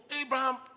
Abraham